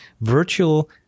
virtual